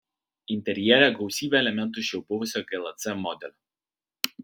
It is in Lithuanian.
interjere gausybė elementų iš jau buvusio glc modelio